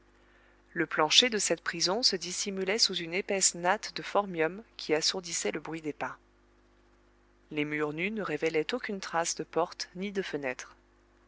le plancher de cette prison se dissimulait sous une épaisse natte de phormium qui assourdissait le bruit des pas les murs nus ne révélaient aucune trace de porte ni de fenêtre